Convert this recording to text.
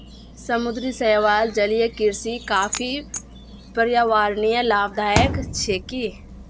समुद्री शैवाल जलीय कृषिर काफी पर्यावरणीय लाभदायक छिके